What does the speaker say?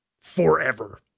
forever